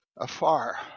afar